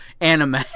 anime